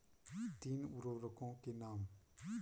तीन उर्वरकों के नाम?